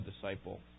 disciple